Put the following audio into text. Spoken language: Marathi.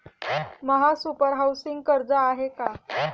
महासुपर हाउसिंग कर्ज आहे का?